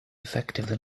effectively